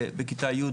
בכיתה י',